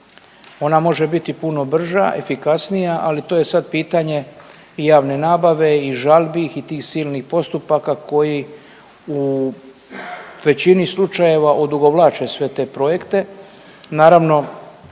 Ona može biti puno brža, efikasnija ali to je sad pitanje i javne nabave i žalbi i tih silnih postupaka koji u većini slučajeva odugovlače sve te projekte.